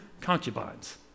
concubines